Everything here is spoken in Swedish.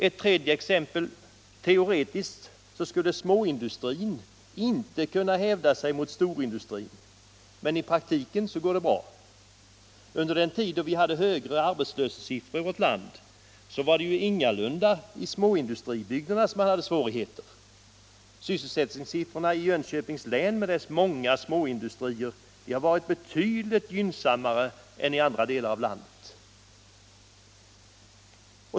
Ett tredje exempel: Teoretiskt skulle småindustrin inte kunna hävda sig mot storindustrin, men i praktiken går det bra. Under den tid då vi hade högre arbetslöshetssiffror i vårt land var det ju ingalunda i småindustribygderna som man hade svårigheter. Sysselsättningssiffrorna i Jönköpings län med dess många småindustrier har varit betydligt gynnsammare än i andra delar av landet.